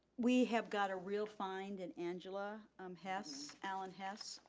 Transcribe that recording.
we have got a real find in angela um hess, allen-hess.